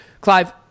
Clive